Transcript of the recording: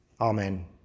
Amen